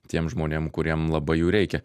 tiem žmonėm kuriem labai jų reikia